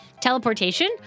Teleportation